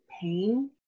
pain